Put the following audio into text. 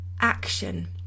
action